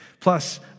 Plus